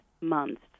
months